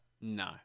No